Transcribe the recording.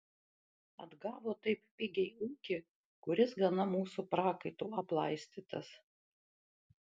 atgavo taip pigiai ūkį kuris gana mūsų prakaitu aplaistytas